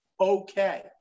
okay